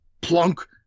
plunk